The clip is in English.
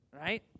right